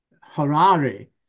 Harari